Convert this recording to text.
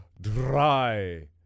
dry